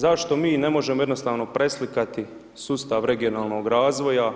Zašto mi ne možemo jednostavno preslikati sustav regionalnog razvoja